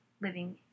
living